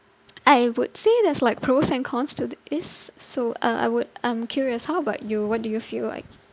I would say there's like pros and cons to this so uh I would I'm curious how about you what do you feel like